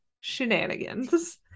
shenanigans